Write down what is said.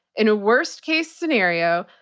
in a worst case scenario,